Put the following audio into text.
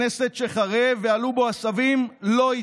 כאשר השלטון פשוט איבד את דרכו ולכן הוא הלך לאופוזיציה.